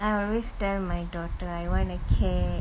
I always tell my daughter I want a cat